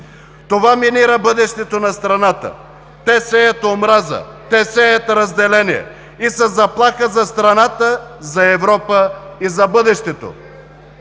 Това минира бъдещето на страната. „Те сеят омраза, те сеят разделение и са заплаха за страната, за Европа и за бъдещето.“